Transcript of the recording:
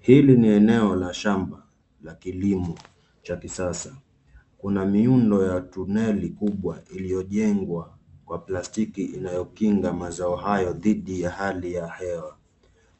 Hili ni eneo la shamba la kilimo cha kisasa. Kuna miundo ya tuneli kubwa iliyojengwa kwa plastiki inayokinga mazao haya dhidi ya hali ya hewa.